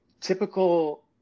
typical